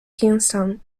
kingston